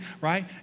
right